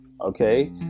okay